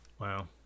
Wow